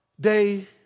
day